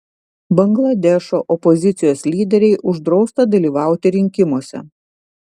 bangladešo opozicijos lyderei uždrausta dalyvauti rinkimuose